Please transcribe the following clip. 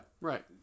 right